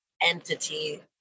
entity